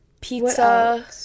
pizza